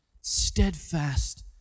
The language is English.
steadfast